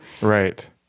right